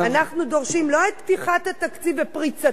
אנחנו דורשים לא את פתיחת התקציב ופריצתו,